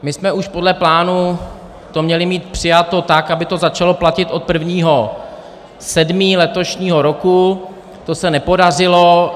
My jsme už podle plánu to měli mít přijato tak, aby to začalo platit od 1. 7. letošního roku, to se nepodařilo.